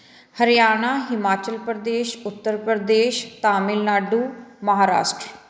Haryana Himachal Pradesh Uttar Pradesh Tamil Nadu Maharashtra